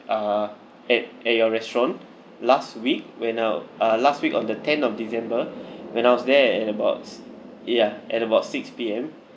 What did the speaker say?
uh at at your restaurant last week when I w~ uh last week on the tenth of december when I was there at about ya at about six P_M